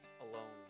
alone